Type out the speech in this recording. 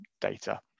data